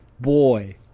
Boy